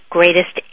Greatest